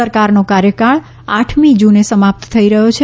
સરકારનો કાર્યકાળ આઠમી જૂને સમાપ્ત થઈ રહ્યો છે